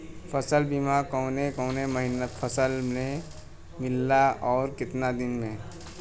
फ़सल बीमा कवने कवने फसल में मिलेला अउर कितना दिन में?